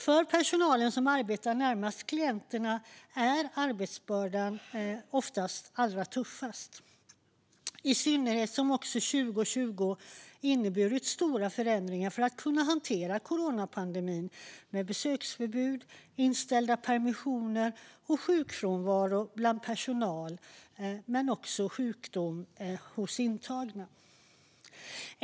För personalen som arbetar närmast klienterna är arbetsbördan allra tuffast, i synnerhet som också 2020 inneburit stora förändringar för att kunna hantera coronapandemin, med besöksförbud, inställda permissioner och sjukdom bland personal och intagna.